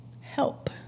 help